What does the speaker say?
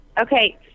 Okay